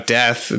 death